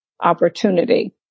opportunity